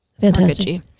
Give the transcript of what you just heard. fantastic